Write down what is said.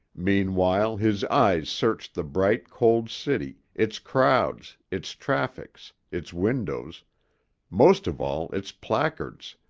meanwhile his eyes searched the bright, cold city, its crowds, its traffics, its windows most of all, its placards,